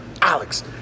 Alex